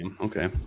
Okay